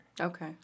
Okay